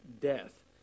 death